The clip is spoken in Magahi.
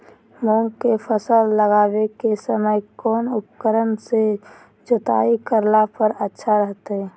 मूंग के फसल लगावे के समय कौन उपकरण से जुताई करला पर अच्छा रहतय?